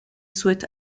souhaite